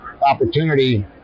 opportunity